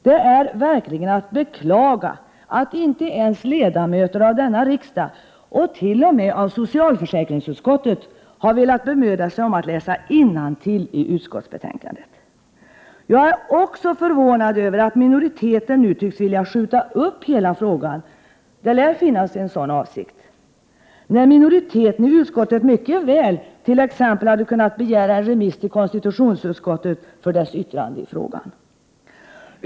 Det är verkligen att beklaga att inte ens ledamöter av denna riksdag och t.o.m. av socialförsäkringsutskottet har velat bemöda sig om att läsa innantill i utskottsbetänkandet! Jag är också förvånad över att minoriteten nu tycks vilja skjuta upp hela frågan — det lär finnas en sådan avsikt — när minoriteten i utskottet mycket väl t.ex. hade kunnat begära en remiss till konstitutionsutskottet för dess yttrande i frågan.